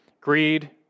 greed